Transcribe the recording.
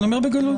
אני אומר בגלוי.